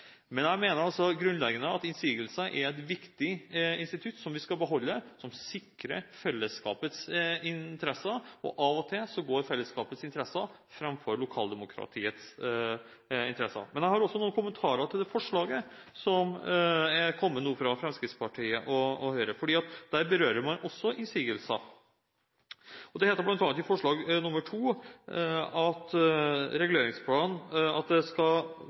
Men jeg mener – grunnleggende – at innsigelser er et viktig institutt som vi skal beholde. Det sikrer fellesskapets interesser, og av og til går fellesskapets interesser foran lokaldemokratiets interesser. Jeg har også noen kommentarer til forslag som nå er kommet fra Fremskrittspartiet og Høyre, for der berører man også innsigelser. Det heter bl.a. i forslag nr. 2 at en bare skal